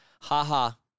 ha-ha